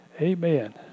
Amen